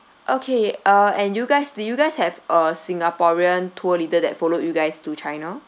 okay uh and you guys did you guys have a singaporean tour leader that followed you guys to china